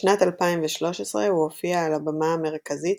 בשנת 2013 הוא הופיע על הבמה המרכזית